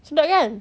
sedap kan